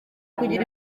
kugira